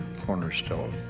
cornerstone